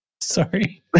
Sorry